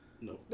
No